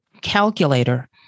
calculator